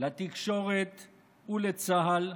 לתקשורת ולצה"ל,